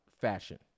fashion